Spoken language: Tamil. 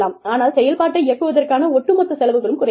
ஆனால் செயல்பாட்டை இயக்குவதற்கான ஒட்டுமொத்த செலவுகளும் குறைகிறது